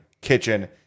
kitchen